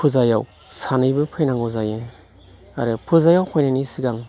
फुजायाव सानैबो फैनांगौ जायो आरो फुजायाव फैनायनि सिगां